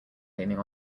leaning